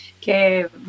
que